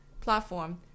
platform